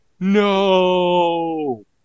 No